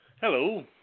Hello